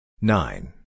Nine